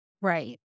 Right